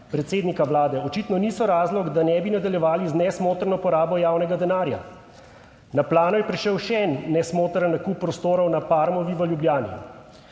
predsednika Vlade, očitno niso razlog, da ne bi nadaljevali z nesmotrno porabo javnega denarja. Na plano je prišel še en nesmotrn nakup prostorov na Parmovi v Ljubljani.